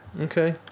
Okay